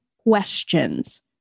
questions